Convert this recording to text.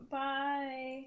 bye